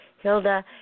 Hilda